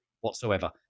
whatsoever